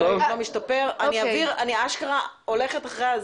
אם יורשה לי